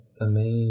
também